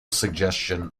suggestion